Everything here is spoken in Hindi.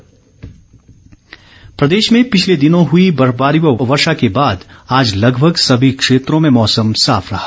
मौसम प्रदेश में पिछले दिनों हुई बर्फबारी व वर्षा के बाद आज लगभग सभी क्षेत्रों में मौसम साफ रहा